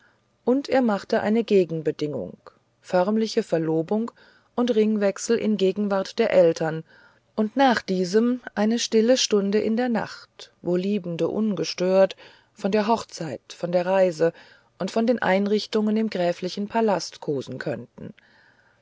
und er machte eine gegenbedingung förmliche verlobung und ringwechsel in gegenwart der eltern und nach diesem eine stille stunde in der nacht wo liebende ungestört von der hochzeit von der reise und von den einrichtungen im gräflichen palaste kosen könnten